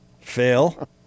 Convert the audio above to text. fail